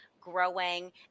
growing